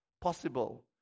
possible